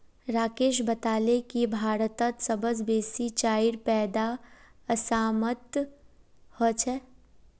राकेश बताले की भारतत सबस बेसी चाईर पैदा असामत ह छेक